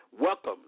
Welcome